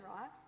Right